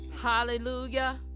hallelujah